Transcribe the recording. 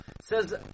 Says